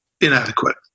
inadequate